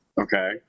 Okay